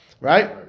right